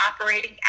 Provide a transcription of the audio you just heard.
operating